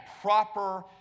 proper